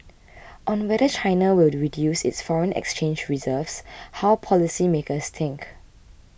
on whether China will reduce its foreign exchange reserves how policymakers think